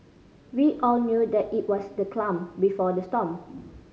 we all knew that it was the clam before the storm